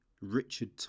Richard